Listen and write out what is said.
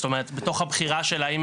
זאת אומרת, בתוך הבחירה שלה.